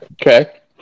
Okay